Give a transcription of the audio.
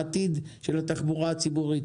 העתיד של התחבורה הציבורית?